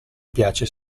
piace